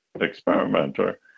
experimenter